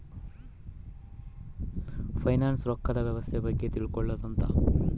finance ರೊಕ್ಕದ್ ವ್ಯವಸ್ತೆ ಬಗ್ಗೆ ತಿಳ್ಕೊಳೋದು ಅಂತ